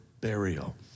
burial